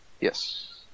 Yes